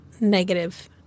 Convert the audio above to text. negative